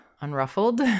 unruffled